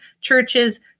churches